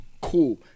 cool